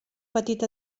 petit